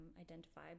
identify